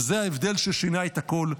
וזה ההבדל ששינה את הכול.